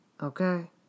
Okay